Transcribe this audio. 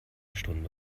stunde